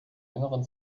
längeren